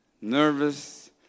nervous